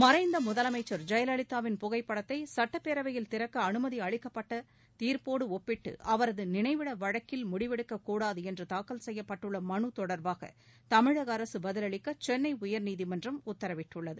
மறைந்த முதலமைச்ச் ஜெயலலிதாவின் புகைப்படத்தை சுட்டப்பேரவையில் திறக்க அனுமதி அளிக்கப்பட்ட தீர்ப்போடு ஒப்பிட்டு அவரது நினைவிட வழக்கில் முடிவெடுக்கக் கூடாது என்று தாக்கல் செய்யப்பட்டுள்ள மனு தொடர்பாக தமிழக அரசு பதிலளிக்க சென்னை உயர்நீதிமன்றம் உத்தரவிட்டுள்ளது